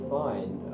find